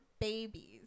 babies